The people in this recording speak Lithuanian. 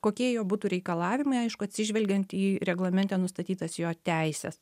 kokie jo būtų reikalavimai aišku atsižvelgiant į reglamente nustatytas jo teises